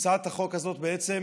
הצעת החוק הזאת בעצם